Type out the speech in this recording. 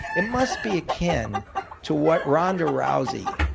it must be akin to what rhonda rousey,